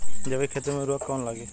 जैविक खेती मे उर्वरक कौन लागी?